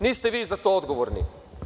Niste vi za to odgovorni.